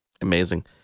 Amazing